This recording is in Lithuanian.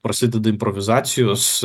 prasideda improvizacijos